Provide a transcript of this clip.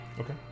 Okay